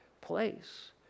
place